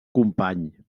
company